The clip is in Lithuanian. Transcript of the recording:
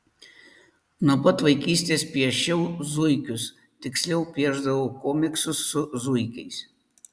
nuo pat vaikystės piešiau zuikius tiksliau piešdavau komiksus su zuikiais